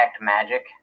magic